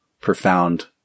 profound